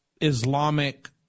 Islamic